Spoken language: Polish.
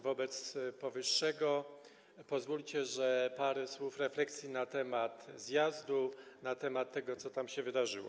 Wobec powyższego pozwólcie na parę słów refleksji na temat zjazdu, na temat tego, co tam się wydarzyło.